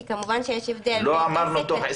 כי כמובן שיש הבדל בין עסק קטן --- לא אמרנו תוך,